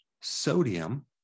sodium